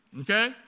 Okay